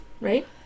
right